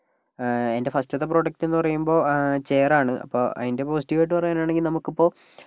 എൻ്റെ ഫസ്റ്റത്തെ പ്രോഡക്റ്റ് എന്ന് പറയുമ്പോൾ ചെയറാണ് അപ്പം അതിൻ്റെ പോസിറ്റീവ് ആയിട്ട് പറയാനാണെങ്കിൽ നമുക്കിപ്പോൾ